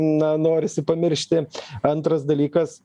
na norisi pamiršti antras dalykas